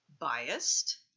biased